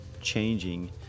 changing